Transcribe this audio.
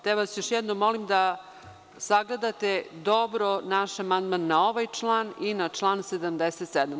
Još jednom vas molim da sagledate dobro naš amandman na ovaj član i na član 77.